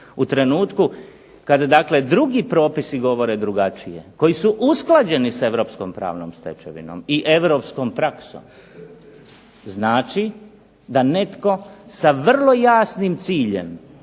u trenutku kad dakle drugi propisi govore drugačije, koji su usklađeni s europskom pravnom stečevinom i europskom praksom znači da netko sa vrlo jasnim ciljem